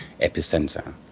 epicenter